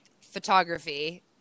photography